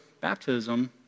baptism